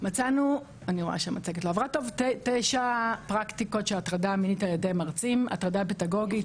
מצאנו תשע פרקטיקות של הטרדה מינית על-ידי מרצים: הטרדה פדגוגית,